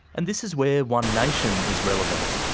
and this is where one nation is relevant.